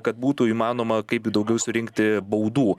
kad būtų įmanoma kaip daugiau surinkti baudų